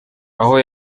aho